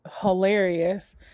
hilarious